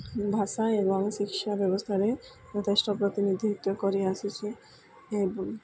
ଭାଷା ଏବଂ ଶିକ୍ଷା ବ୍ୟବସ୍ଥାରେ ଯଥେଷ୍ଟ ପ୍ରତିନିଧିିତ୍ଵ କରିଆସିଚଛି ଏବଂ